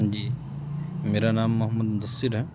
جی میرا نام محمد مدثر ہے